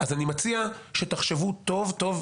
אז אני מציע שתחשבו טוב טוב.